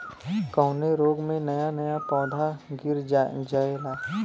कवने रोग में नया नया पौधा गिर जयेला?